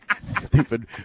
Stupid